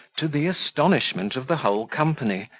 to the astonishment of the whole company,